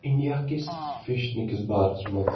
اِنڈیاکِس فیشنہٕ کِس بارَس منٛز